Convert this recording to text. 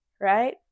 right